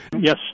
Yes